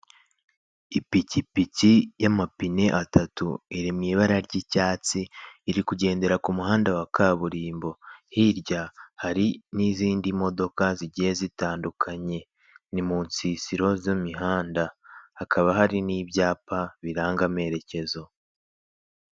Ipikipiki y'amapine atatu iri mu ibara ry'icyatsi iri kugendera ku muhanda wa kaburimbo. Hirya hari n'izindi modoka zigiye zitandukanye, ni munsisiro z'imihanda hakaba hari n'ibyapa biranga amerekezo.